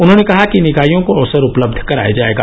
उन्होंने कहा कि इन इकाइयों को अवसर उपलब्ध कराया जाएगा